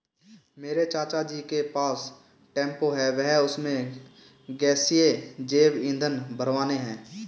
मेरे चाचा जी के पास टेंपो है वह उसमें गैसीय जैव ईंधन भरवाने हैं